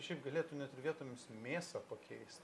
šiaip galėtumėt ir vietomis mėsą pakeist